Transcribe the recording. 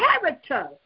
character